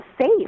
safe